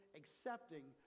accepting